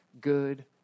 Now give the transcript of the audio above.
good